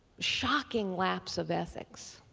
shocking lapse of ethics.